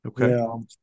okay